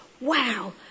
wow